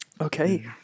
Okay